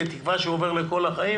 בתקווה שהוא עובר לכל החיים